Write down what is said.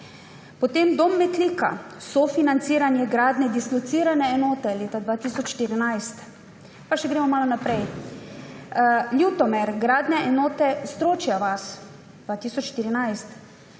2014 dom Metlika, sofinanciranje gradnje dislocirane enote. Pa če gremo malo naprej. Ljutomer, gradnja enote Stročja vas, leta